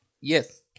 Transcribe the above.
yes